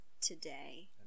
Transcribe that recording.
today